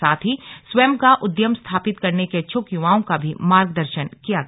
साथ ही स्वंय का उद्यम स्थापित करने के इच्छ्क युवाओं का भी मार्गदर्शन किया गया